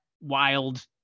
wild